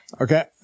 Okay